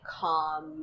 calm